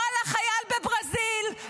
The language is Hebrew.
לא על החייל בברזיל,